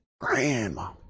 Grandma